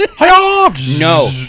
No